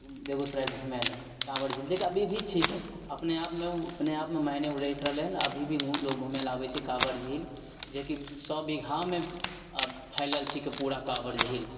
बेगूसराय घूमय लए काँवर झील जेकि अभी भी छीकै अपने आपमे उ अपने आपमे मायने उ रखि रहलय हन अभी भी लोग घूमय लए आबय छै काँवर झील जेकि सओ बीघामे अब फैलल छीकै पूरा काँवर झील